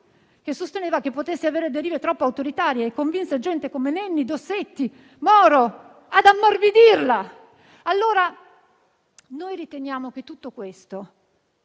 che sosteneva che potesse avere derive troppo autoritarie e convinse gente come Nenni, Dossetti e Moro ad ammorbidirla. Noi riteniamo che tutto questo